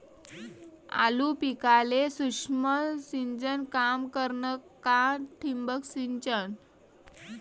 आलू पिकाले सूक्ष्म सिंचन काम करन का ठिबक सिंचन?